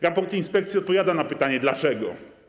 Raport inspekcji odpowiada na pytanie dlaczego.